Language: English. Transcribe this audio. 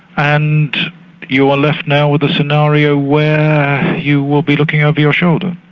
and you are left now with a scenario where you will be looking over your shoulder.